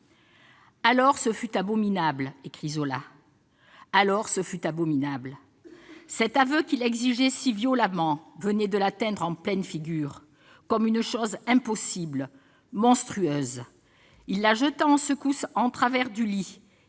à plus de 99 000 exemplaires en 1902 :« Alors, ce fut abominable. Cet aveu qu'il exigeait si violemment venait de l'atteindre en pleine figure, comme une chose impossible, monstrueuse. [...] Il la jeta d'une secousse en travers du lit,